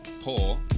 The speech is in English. poor